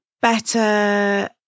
better